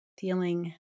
feeling